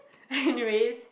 anyways